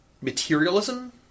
materialism